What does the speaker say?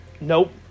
Nope